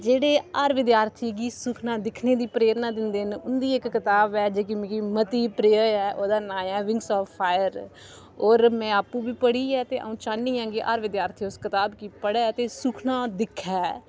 जेहड़े हर विद्यार्थी गी सुखना दिखने दी प्रेरना दिन्दे न उंदी इक कताब ऐ जेह्की मिगी मती प्रिय ऐ ओह्दा नांऽ ऐ बिंगस आफ़ फायर होर मैं आपूं बी पढ़ी ऐ ते आ'ऊं चाह्नी आं कि हर विद्यार्थी उस कताब गी पढ़ै ते सुखना दिक्खै